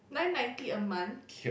nine ninety a month